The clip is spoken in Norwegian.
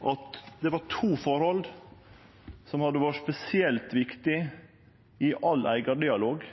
at det var to forhold som hadde vore spesielt viktige i all eigardialog.